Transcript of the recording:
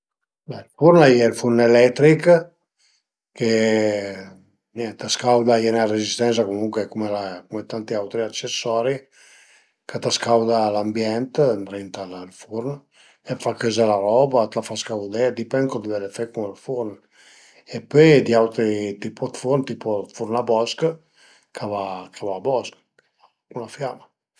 Be ël furn a ie ël furn eletrich che niente a scauda, a ie 'na rezistensa comuncue cume tanti auti accessori ch'a të scauda l'ambient ëndrinta al furn e a t'fa cozi la roba, a t'la fa scaudé, a dipend co t'völe fe cun ël furn e pöi autri tupo dë furn, tipo ël furn a bosch, ch'a va a bosch, cun la fiama